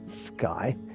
sky